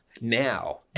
Now